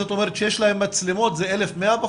שיש להם מצלמות זה 1,100?